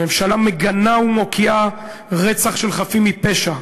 הממשלה מגנה ומוקיעה רצח של חפים מפשע.